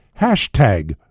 hashtag